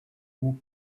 who